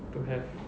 to have